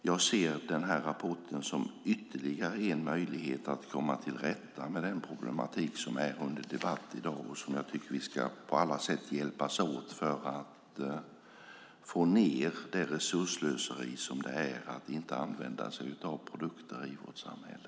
Jag ser rapporten som ytterligare en möjlighet att komma till rätta med den problematik som är under debatt i dag. Vi ska på alla sätt hjälpas åt för att få ned det resursslöseri som det är att inte använda sig av produkter i vårt samhälle.